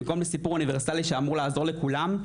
במקום לסיפור אוניברסלי שאמור לעזור לכולם,